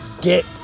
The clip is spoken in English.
get